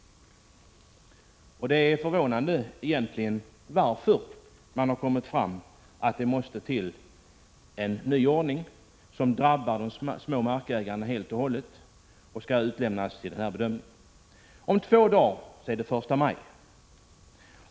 Det är egentligen förvånande att man har kommit fram till att en ny ordning måste till som helt och hållet drabbar de små markägarna; de kommer att utlämnas till denna bedömning. Om två dagar är det första maj.